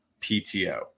PTO